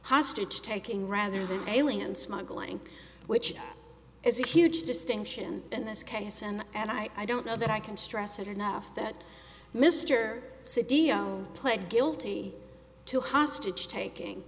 hostage taking rather than alien smuggling which is huge distinction in this case and and i don't know that i can stress it enough that mr c d o pled guilty to hostage taking